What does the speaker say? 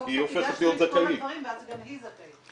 שסוף סוף הגשנו את כל הדברים ואז גם היא זכאית.